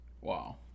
Wow